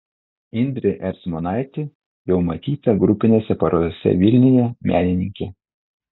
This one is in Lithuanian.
indrė ercmonaitė jau matyta grupinėse parodose vilniuje menininkė